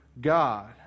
God